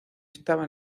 estaba